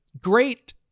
Great